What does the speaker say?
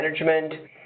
management